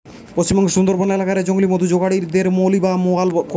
পশ্চিমবঙ্গের সুন্দরবন এলাকা রে জংলি মধু জগাড়ি দের মউলি বা মউয়াল কয়া হয়